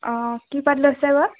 অঁ কি পাৰ্ট লৈছে বা